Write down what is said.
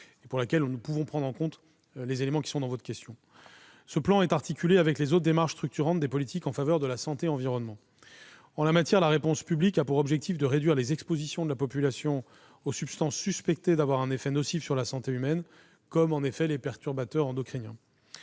pour lequel nous pouvons prendre en considération les éléments figurant dans votre question. Ce plan est articulé avec les autres démarches structurantes des politiques en faveur de la santé et de l'environnement. En la matière, la réponse publique a pour objectif de réduire les expositions de la population aux substances suspectées d'avoir un effet nocif sur la santé humaine, comme les perturbateurs endocriniens.